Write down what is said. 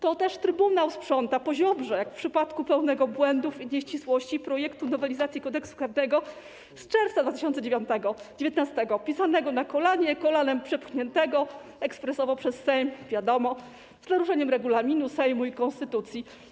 To też trybunał sprząta po Ziobrze, jak w przypadku pełnego błędów i nieścisłości projektu nowelizacji Kodeksu karnego z czerwca 2019 r., pisanego na kolanie, kolanem przepchniętego ekspresowo przez Sejm, wiadomo, z naruszeniem regulaminu Sejmu i konstytucji.